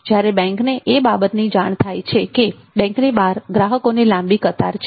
જ્યારે બેંકને એ બાબતની જાણ થાય કે બેંકની બહાર ગ્રાહકોને લાંબી કતાર છે